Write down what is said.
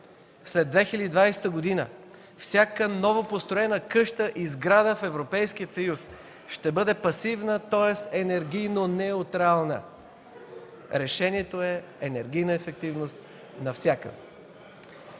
След 2020 г. всяка новопостроена къща и сграда в Европейския съюз ще бъде пасивна, тоест енергийно неутрална. Решението е енергийна ефективност навсякъде.